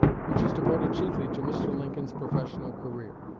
which is devoted chiefly to mr. lincoln's professional career.